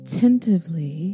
Attentively